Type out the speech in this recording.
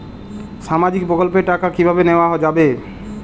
সামাজিক প্রকল্পের টাকা কিভাবে নেওয়া যাবে?